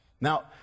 Now